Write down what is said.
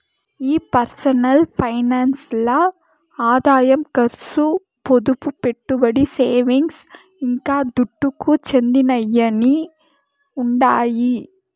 ఈ personal finance ల్ల ఆదాయం కర్సు, పొదుపు, పెట్టుబడి, సేవింగ్స్, ఇంకా దుడ్డుకు చెందినయ్యన్నీ ఉండాయి